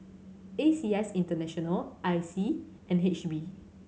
A C S International I C and N H B